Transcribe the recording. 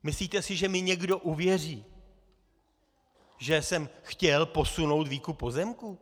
Myslíte si, že mi někdo uvěří, že jsem chtěl posunout výkup pozemků?